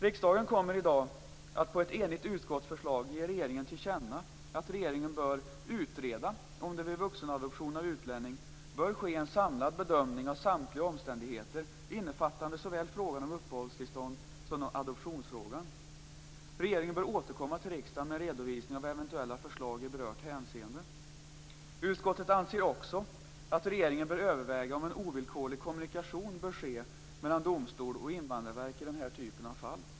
Riksdagen kommer i dag att på förslag av ett enigt utskott ge regeringen till känna att regeringen bör utreda om det vid vuxenadoption av utlänning bör ske en samlad bedömning av samtliga omständigheter, innefattande såväl frågan om uppehållstillstånd som adoptionsfrågan. Regeringen bör återkomma till riksdagen med redovisning av eventuella förslag i berört hänseende. Utskottet anser också att regeringen bör överväga om en ovillkorlig kommunikation bör ske mellan domstol och invandrarverk i den här typen av fall.